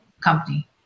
company